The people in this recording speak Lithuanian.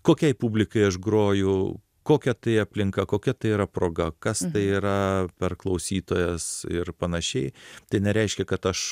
kokiai publikai aš groju kokia tai aplinka kokia tai yra proga kas tai yra per klausytojas ir panašiai tai nereiškia kad aš